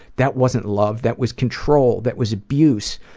that wasn't love, that was control, that was abuse,